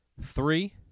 Three